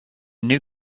new